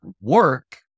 work